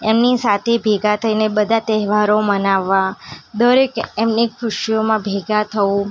એમની સાથે ભેગા થઈને બધા તહેવારો મનાવવા દરેક એમની ખુશીઓમાં ભેગા થવું